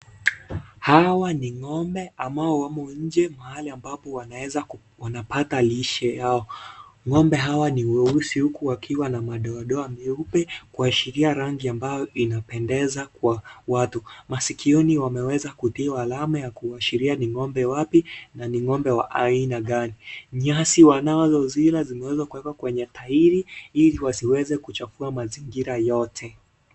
Hawa ni ng'ombe ambao wamo nje mahali ambapo wanaweza, wanapata lishe yao. Ng'ombe hawa ni weusi huku wakiwa na madoadoa miupe, kuashiria rangi ambayo inapendeza kwa watu. Masikioni wameweza kutiwa alama ya kuashiria ni ng'ombe wapi na ni ng'ombe wa aina gani. Nyasi wanalozila zimeweza kuweka kwenye tairi, ili wasiweze kuchafua mazingira yote.